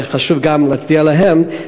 וחשוב גם להצדיע להם,